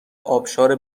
ابشار